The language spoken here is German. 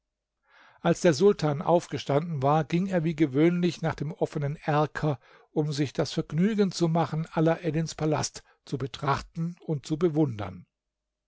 als der sultan aufgestanden war ging er wie gewöhnlich nach dem offenen erker um sich das vergnügen zu machen alaeddins palast zu betrachten und zu bewundern